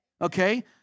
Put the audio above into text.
Okay